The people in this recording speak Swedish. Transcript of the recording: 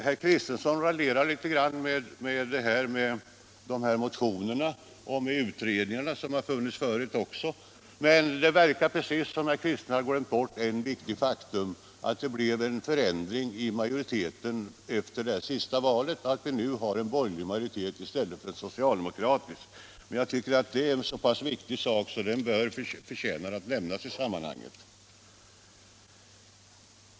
Herr Kristenson raljerar litet grand med motionerna och med utredningarna — som ju funnits förut också — men det verkar precis som om herr Kristenson har glömt bort ett viktigt faktum, nämligen att det blev en förändring i majoriteten efter det senaste valet och att vi nu har en borgerlig majoritet i stället för en socialdemokratisk. Det är en så pass viktig sak att den förtjänar att nämnas i sammanhanget.